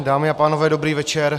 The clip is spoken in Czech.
Dámy a pánové, dobrý večer.